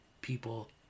people